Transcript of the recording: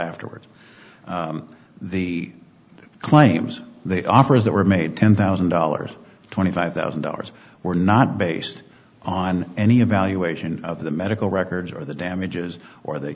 afterwards the claims they offer as they were made ten thousand dollars twenty five thousand dollars were not based on any of valuation of the medical records or the damages or they